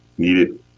needed